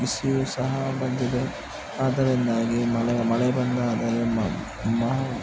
ಬಿಸಿಲು ಸಹ ಬಂದಿದೆ ಆದ್ದರಿಂದಾಗಿ ಮಳೆ ಮಳೆ ಬಂದಾಗ ನಿಮ್ಮ ಮಾ